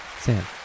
Sam